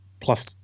Plus